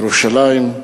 ירושלים,